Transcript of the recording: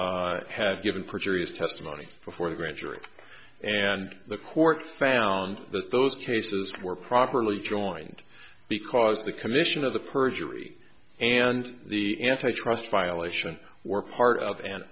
wolfe had given perjury is testimony before the grand jury and the court found that those cases were properly joined because the commission of the perjury and the antitrust violation were part of an